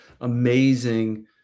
amazing